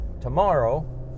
tomorrow